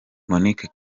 monique